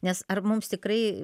nes ar mums tikrai